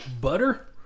butter